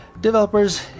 developers